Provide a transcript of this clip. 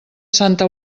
santa